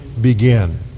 begin